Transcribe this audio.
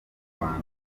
rwanda